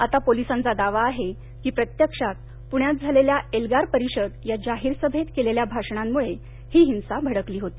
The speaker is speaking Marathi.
आता पोलिसांचा दावा आहे की प्रत्यक्षात पुण्यात झालेल्या एल्गार परिषद या जाहीर सभेत केलेल्या भाषणांमुळं ही हिंसा भडकली होती